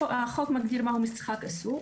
החוק מגדיר מהו משחק אסור,